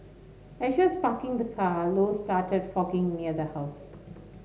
as she was parking the car low started fogging near the house